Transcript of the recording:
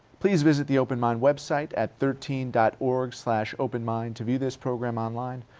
please visit the open mind website at thirteen dot org slash openmind to view this program online,